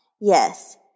Yes